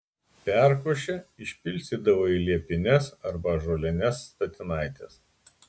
perkošę išpilstydavo į liepines arba ąžuolines statinaites